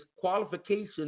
qualifications